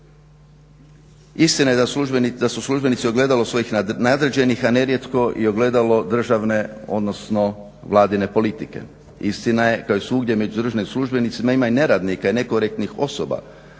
Istina je da su službenici ogledalo svojih nadređenih, a nerijetko i ogledalo državne, odnosno vladine politike. Istina je kao i svugdje među državnim službenicima, naime ima i neradnika i nekorektnih osoba,